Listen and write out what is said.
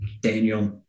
Daniel